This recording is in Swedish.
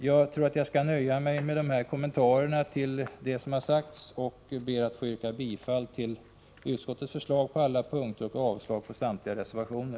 Jag skall nöja mig med dessa kommentarer till vad som har sagts och ber att få yrka bifall till utskottets förslag på alla punkter och avslag på samtliga reservationer.